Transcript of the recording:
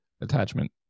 attachment